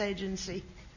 Agency